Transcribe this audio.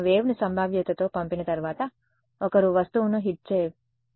నేను వేవ్ను సంభావ్యతతో పంపిన తర్వాత ఒకరు వస్తువును హిట్ చేయబోతున్నారు